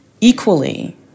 Equally